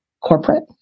corporate